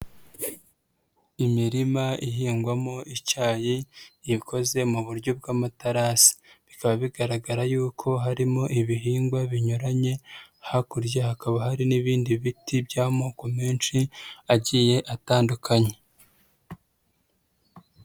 Imirima ihingwamo icyayi, ikoze mu buryo bw'amatarasi. Bikaba bigaragara yuko harimo ibihingwa binyuranye, hakurya hakaba hari n'ibindi biti by'amoko menshi, agiye atandukanye.